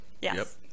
Yes